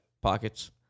Pockets